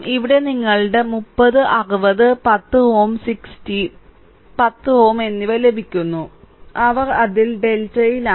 ഇവിടെ നിങ്ങളുടെ 30 60 10 Ω 60 10Ω എന്നിവ ലഭിക്കുന്നു അവർ അതിൽ ഡെൽറ്റയിലാണ്